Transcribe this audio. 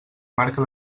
marca